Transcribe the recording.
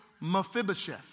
Mephibosheth